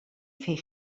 fer